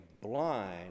blind